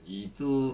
itu